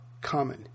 common